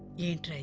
eat